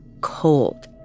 cold